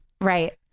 Right